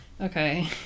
Okay